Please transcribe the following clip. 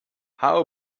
how